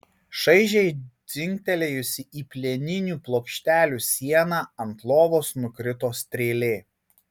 šaižiai dzingtelėjusi į plieninių plokštelių sieną ant lovos nukrito strėlė